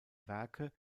werke